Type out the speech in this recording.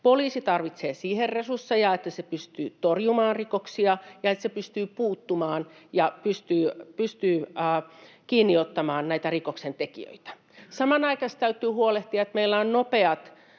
Poliisi tarvitsee siihen resursseja, että se pystyy torjumaan rikoksia ja että se pystyy puuttumaan ja pystyy kiinni ottamaan rikoksentekijöitä. Samanaikaisesti täytyy huolehtia, että meillä on nopeat